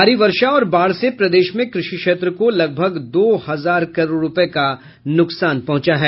भारी वर्षा और बाढ़ से प्रदेश में कृषि क्षेत्र को लगभग दो हजार करोड़ रूपये का नुकसान पहुंचा है